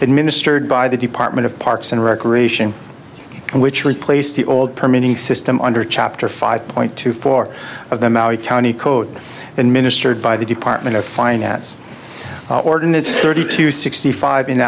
administered by the department of parks and recreation and which replaced the old permitting system under chapter five point two four of the maori county code and ministered by the department of finance ordinance thirty two sixty five in